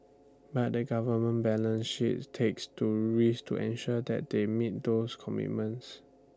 but the government balance sheet takes to risk to ensure that they meet those commitments